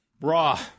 Raw